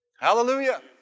Hallelujah